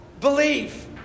believe